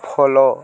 follow